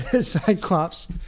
Cyclops